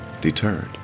deterred